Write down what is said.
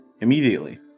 immediately